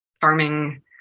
farming